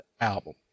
album